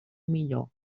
millor